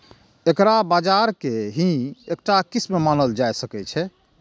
एकरा बाजार के ही एकटा किस्म मानल जा सकै छै